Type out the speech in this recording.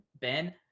ben